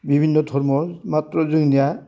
बिबिन्न' धरम' मात्र जोंनिया